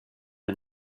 and